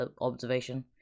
observation